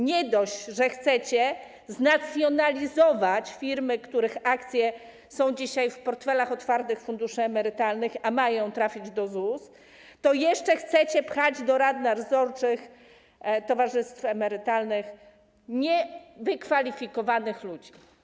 Nie dość, że chcecie znacjonalizować firmy, których akcje są dzisiaj w portfelach otwartych funduszy emerytalnych, a mają trafić do ZUS, to jeszcze chcecie pchać do rad nadzorczych towarzystw emerytalnych niewykwalifikowanych ludzi.